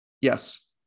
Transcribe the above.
Yes